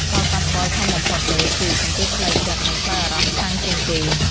ផលប៉ះពាល់ធំបំផុតមួយគឺ សម្ពាធផ្លូវចិត្ត និងផ្លូវអារម្មណ៍ខ្លាំងជាងគេ។